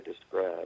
describe